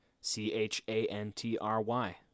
C-H-A-N-T-R-Y